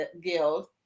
guild